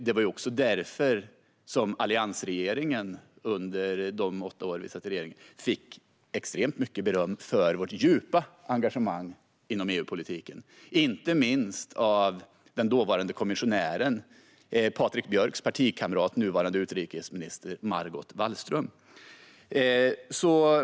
Det var därför alliansregeringen, under de åtta år den regerade, fick extremt mycket beröm för sitt djupa engagemang inom EU-politiken, inte minst av den dåvarande kommissionären, Patrik Björcks partikamrat och den nuvarande utrikesministern Margot Wallström.